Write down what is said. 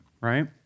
right